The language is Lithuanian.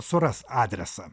suras adresą